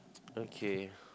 okay